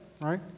right